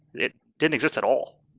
it didn't exist at all.